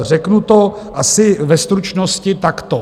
Řeknu to asi ve stručnosti takto.